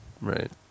Right